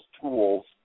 tools